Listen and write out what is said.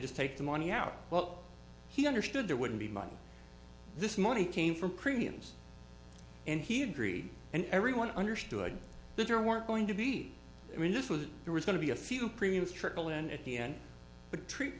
just take the money out well he understood there wouldn't be money this money came from premiums and he agreed and everyone understood that there weren't going to be i mean this was there was going to be a few premiums trickle in at the end but treat